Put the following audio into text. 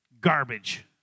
garbage